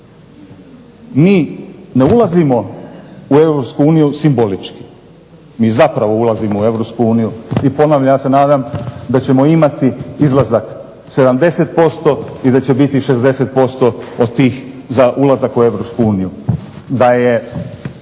Mi ne ulazimo u Europsku uniju simbolički, mi zapravo ulazimo u Europsku uniju. I ponavljam, ja se nadam da ćemo imati izlazak 70% i da će biti 60% od tih za ulazak u Europsku